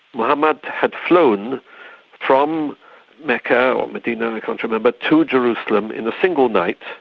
mohammed had flown from mecca or medina, i can't remember, to jerusalem in a single night,